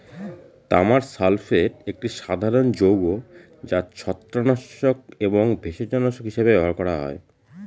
তামার সালফেট একটি সাধারণ যৌগ যা ছত্রাকনাশক এবং ভেষজনাশক হিসাবে ব্যবহার করা হয়